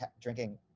drinking